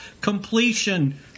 completion